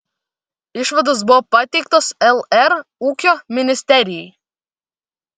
išvados buvo pateiktos lr ūkio ministerijai